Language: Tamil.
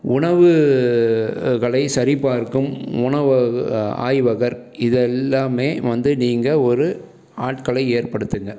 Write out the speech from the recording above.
உணவுகளை சரி பார்க்கும் உணவக ஆய்வகர் இதை எல்லாமே வந்து நீங்கள் ஒரு ஆட்களை ஏற்படுத்துங்க